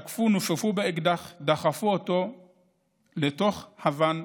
נופפו באקדח ודחפו אותו לתוך הוואן,